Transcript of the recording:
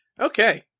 Okay